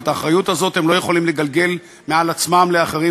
ואת האחריות הזאת הם לא יכולים לגלגל מעל עצמם לאחרים,